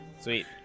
Sweet